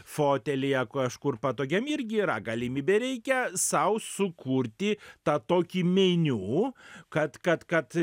fotelyje kažkur patogiam irgi yra galimybė reikia sau sukurti tą tokį meniu kad kad kad